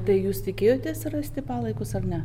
tai jūs tikėjotės rasti palaikus ar ne